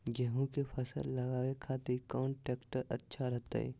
गेहूं के फसल लगावे खातिर कौन ट्रेक्टर अच्छा रहतय?